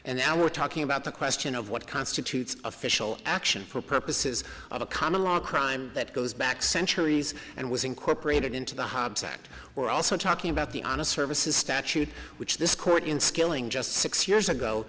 and now we're talking about the question of what constitutes official action for purposes of a common law crime that goes back centuries and was incorporated into the hobbs act we're also talking about the on a service a statute which this court in skilling just six years ago